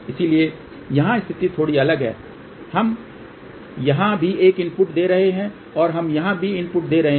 इसलिए यहां स्थिति थोड़ी अलग है हम यहां भी एक इनपुट दे रहे हैं और हम यहां भी इनपुट दे रहे हैं